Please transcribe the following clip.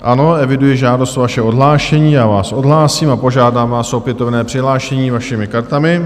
Ano, eviduji žádost o vaše odhlášení, já vás odhlásím a požádám vás o opětovné přihlášení vašimi kartami.